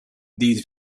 these